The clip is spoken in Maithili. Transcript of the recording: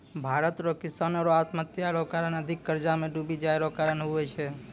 भारत रो किसानो रो आत्महत्या रो कारण अधिक कर्जा मे डुबी जाय रो कारण हुवै छै